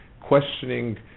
questioning